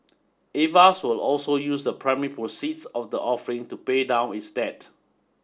Avast will also use the primary proceeds of the offering to pay down its debt